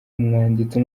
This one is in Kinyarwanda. umwanditsi